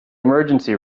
emergency